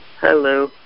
Hello